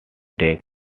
tech